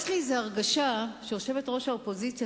יש לי הרגשה שיושבת-ראש האופוזיציה